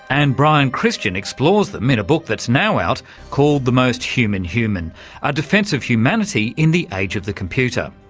and brian christian explores them in a book that's now out called the most human human a defence of humanity in the age of the computer.